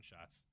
shots